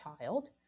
child